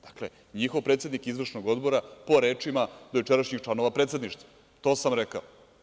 Dakle, njihov predsednik Izvršnog odbora, po rečima dojučerašnjih članova predsedništva, to sam rekao.